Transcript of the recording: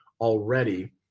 already